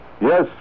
Yes